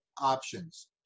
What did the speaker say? options